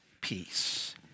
peace